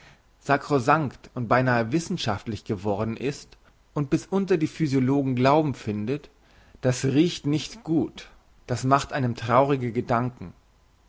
sakrosankt und beinahe wissenschaftlich geworden ist und bis unter die physiologen glauben findet das riecht nicht gut das macht einem traurige gedanken